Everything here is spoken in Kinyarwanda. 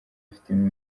afitemo